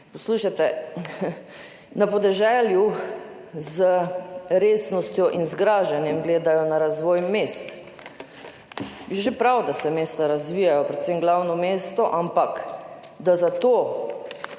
Poslušajte, na podeželju z resnostjo in zgražanjem gledajo na razvoj mest. Je že prav, da se mesta razvijajo, predvsem glavno mesto, ampak da se